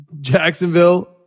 Jacksonville